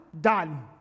done